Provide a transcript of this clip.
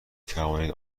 توانید